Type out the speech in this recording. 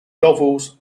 novels